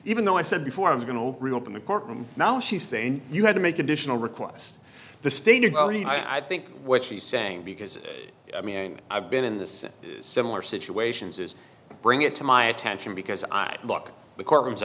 even though i said before i'm going to reopen the courtroom now she's saying you had to make additional requests the stay to go he i think what she's saying because i mean i've been in this similar situations is bring it to my attention because i look the courtroom